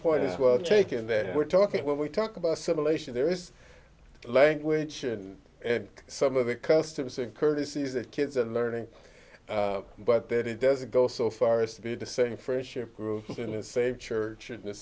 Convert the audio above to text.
point is well taken that we're talking when we talk about assimilation there is language and some of the customs and courtesies that kids are learning but that it doesn't go so far as to be the same friendship group in the same church and the